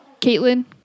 Caitlin